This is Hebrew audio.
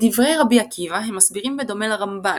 את דברי רבי עקיבא הם מסבירים בדומה לרמב"ן,